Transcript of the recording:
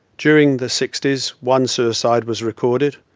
during the sixties one suicide was recorded,